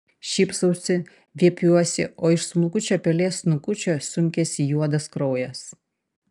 šypsausi viepiuosi o iš smulkučio pelės snukučio sunkiasi juodas kraujas